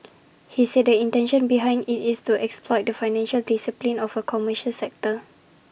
he said the intention behind IT is to exploit the financial discipline of A commercial sector